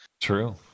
True